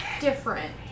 different